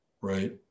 right